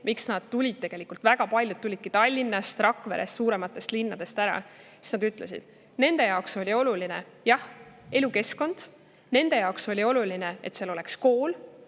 miks nad tulid – tegelikult väga paljud tulidki ära Tallinnast, Rakverest, suurematest linnadest –, siis nad ütlesid, et nende jaoks oli oluline elukeskkond, nende jaoks oli oluline, et seal oleks kool,